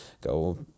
go